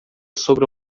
sobre